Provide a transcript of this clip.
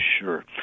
Sure